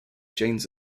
jains